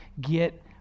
get